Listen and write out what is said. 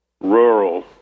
rural